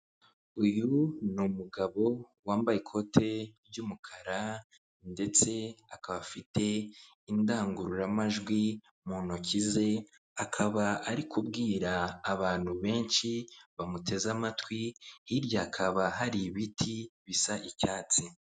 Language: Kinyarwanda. Uyu ni umugabo wambaye ikote ry'umukara, ndetse akaba afite indangururamajwi mu ntoki ze, akaba ari kubwira abantu benshi bamuteze amatwi, hirya hakaba hari ibiti bisa icyatsi.